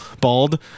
bald